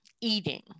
eating